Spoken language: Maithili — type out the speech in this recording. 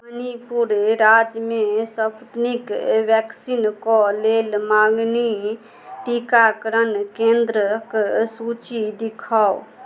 मणिपुर राज्यमे सपूतनिक वैक्सीनके लेल मङ्गनी टीकाकरण केन्द्रक सूची देखाउ